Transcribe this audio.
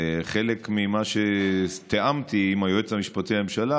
וחלק ממה שתיאמתי עם היועץ המשפטי לממשלה,